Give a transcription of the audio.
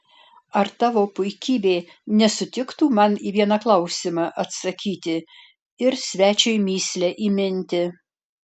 ar tavo puikybė nesutiktų man į vieną klausimą atsakyti ir svečiui mįslę įminti